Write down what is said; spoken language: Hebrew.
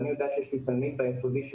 אז